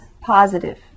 positive